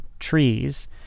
trees